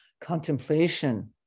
contemplation